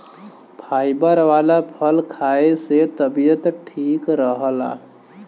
fibre वाला फल खाए से तबियत ठीक रहला